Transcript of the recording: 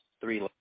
three